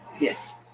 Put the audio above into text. Yes